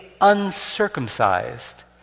uncircumcised